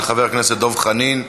של חבר הכנסת דב חנין.